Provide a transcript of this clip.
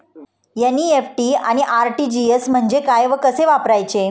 NEFT आणि RTGS म्हणजे काय व कसे वापरायचे?